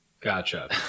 Gotcha